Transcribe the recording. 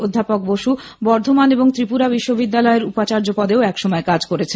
অধ্যাপক বসু বর্ধমান এবং ত্রিপুরা বিশ্ববিদ্যালয়ের উপাচার্য হিসেবে কাজ করেছেন